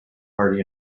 party